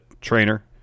trainer